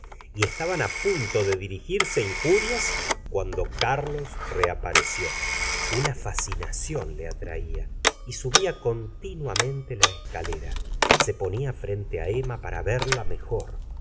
y estaban á punto de dirigirse injurias cuando carlos reapareció una fascinación le atraía y subía continuamente la escalera se ponía frente á emma para verla mejor